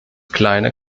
kleine